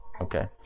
Okay